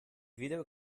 videl